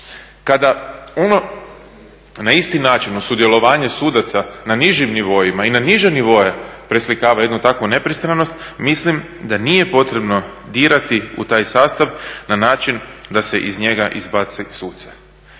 kada ono na isti način uz sudjelovanje sudaca na nižim nivoima i na niže nivoe preslikava jednu takvu nepristranost mislim da nije potrebno dirati u taj sastav na način da se iz njega izbaci suce.